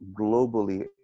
globally